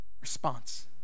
response